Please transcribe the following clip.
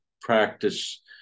practice